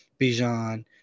Bijan